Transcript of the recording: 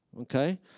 okay